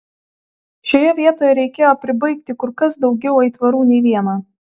šioje vietoje reikėjo pribaigti kur kas daugiau aitvarų nei vieną